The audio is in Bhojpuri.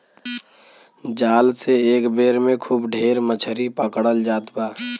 जाल से एक बेर में खूब ढेर मछरी पकड़ल जात बा